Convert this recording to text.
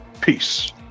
Peace